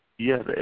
Yes